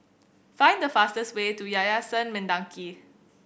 find the fastest way to Yayasan Mendaki